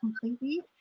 completely